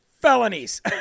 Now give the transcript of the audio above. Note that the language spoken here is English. felonies